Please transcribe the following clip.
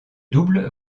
double